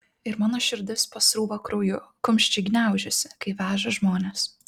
ir mano širdis pasrūva krauju kumščiai gniaužiasi kai veža žmones